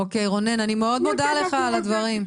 אוקיי רונן, אני מאוד מודה לך על הדברים.